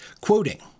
quoting